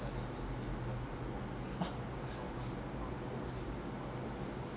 ah